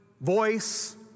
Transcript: voice